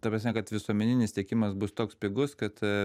ta prasme kad visuomeninis tiekimas bus toks pigus kad